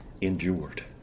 endured